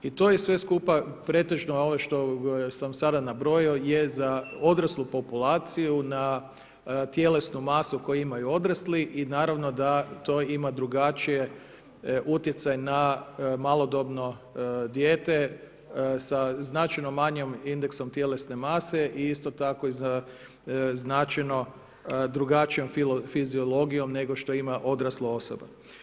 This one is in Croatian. I to je sve skupa pretežno ovo što sam sada nabrojao je za odraslu populaciju na tjelesnu masu koju imaju odrasli i naravno da to ima drugačiji utjecaj na malodobno dijete sa značajno manjom indeksom tjelesne mase i isto tako značajno drugačijom fiziologijom nego što ima odrasla osoba.